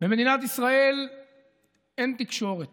במדינת ישראל אין תקשורת.